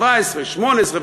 השבע-עשרה והשמונה-עשרה,